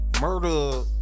murder